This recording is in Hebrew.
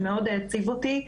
שמאוד העציב אותי,